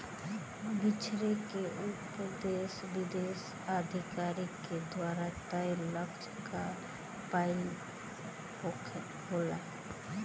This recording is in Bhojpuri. बिछरे के उपदेस विशेष अधिकारी के द्वारा तय लक्ष्य क पाइल होला